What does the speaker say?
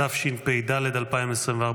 התשפ"ד 2024,